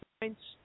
points